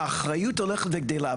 שהאחריות הולכת וגדלה,